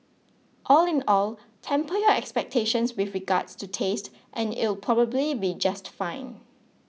all in all temper your expectations with regards to taste and it'll probably be just fine